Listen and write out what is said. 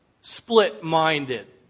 split-minded